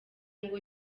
ngo